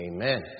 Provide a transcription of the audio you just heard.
Amen